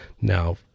Now